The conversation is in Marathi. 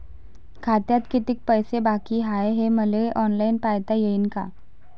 खात्यात कितीक पैसे बाकी हाय हे मले ऑनलाईन पायता येईन का?